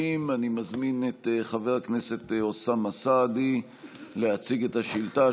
90. אני מזמין את חבר הכנסת אוסאמה סעדי להציג את השאילתה,